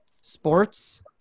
sports